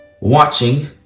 watching